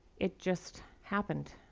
it just happened.